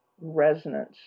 resonance